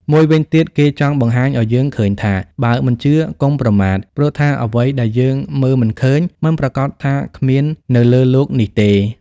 មួយវិញទៀតគេចង់បង្ហាញឲ្យយើងឃើញថា បើមិនជឿកុំប្រមាថ ព្រោះថាអ្វីដែលយើងមើលមិនឃើញ មិនប្រាកដថាគ្មាននៅលើលោកនេះទេ។